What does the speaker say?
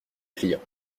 client